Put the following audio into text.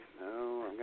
No